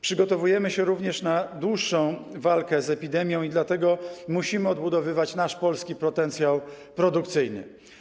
Przygotowujemy się również na dłuższą walkę z epidemią i dlatego musimy odbudowywać nasz polski potencjał produkcyjny.